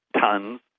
tons